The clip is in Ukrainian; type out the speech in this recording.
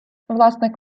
власник